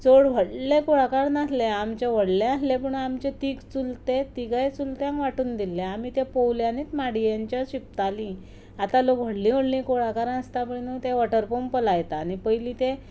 चड व्हडलें कुळागर नासलें आमचें व्हडलें आसलें पूण आमचें तीग चुलते तिगाय चुलत्यांक वांटून दिल्लें आमी तें पोवल्यांनीच माड्येंचें शिंपतालीं आतां लोक व्हडलीं व्हडलीं कुळागरां आसता पळय न्हय ते वॉटर पंप लायता आनी पयलीं ते